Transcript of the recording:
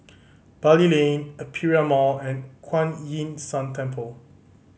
Bali Lane Aperia Mall and Kuan Yin San Temple